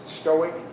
stoic